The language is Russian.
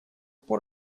пор